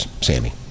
Sammy